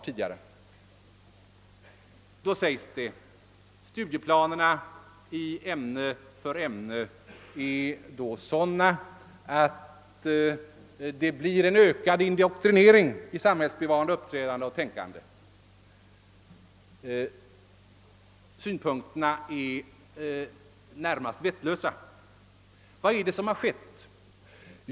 Det anförs som sagt att studieplanerna i de olika ämnena är sådana att de leder till en ökad indoktrinering i samhällsbevarande uppträdande och tänkande. Dessa synpunkter är närmast vettlösa. Vad är det som förekommit?